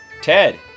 Ted